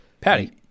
Patty